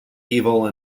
evil